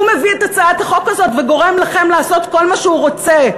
הוא מביא את הצעת החוק הזאת וגורם לכם לעשות כל מה שהוא רוצה.